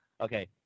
okay